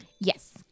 Yes